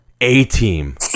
A-team